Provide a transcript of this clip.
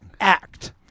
Act